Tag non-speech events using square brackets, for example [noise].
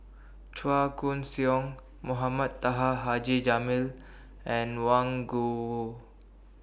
Chua Koon Siong Mohamed Taha Haji Jamil and Wang [unintelligible]